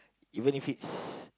even if it's